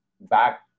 back